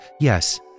yes